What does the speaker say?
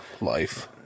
Life